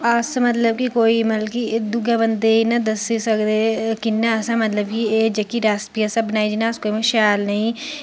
अस मतलब कि कोई मतलब कि दुए बंदे गी ते इन्ना दस्सी सकदे हे कि असें मतलब कि जेह्की रेसपी असें बनाई जेह्की शैल नेईं